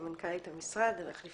סמנכ"לית המשרד להגנת הסביבה,